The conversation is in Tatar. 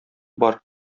бар